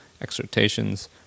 exhortations